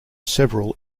several